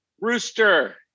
Rooster